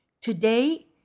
Today